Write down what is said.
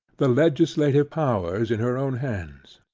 the legislative powers in her own hands.